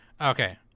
Okay